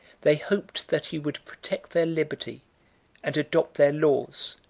they hoped that he would protect their liberty and adopt their laws